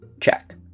Check